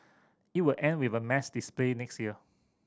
it will end with a mass display next year